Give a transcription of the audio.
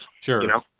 Sure